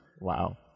wow